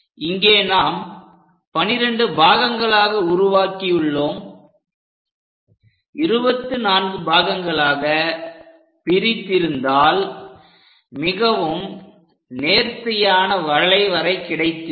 இங்கே நாம் 12 பாகங்களாக உருவாக்கியுள்ளோம் 24 பாகங்களாக பிரித்திருந்தால் மிகவும் நேர்த்தியான வளைவரை கிடைத்திருக்கும்